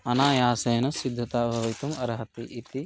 अनायासेन सिद्धता भवितुम् अर्हति इति